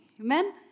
Amen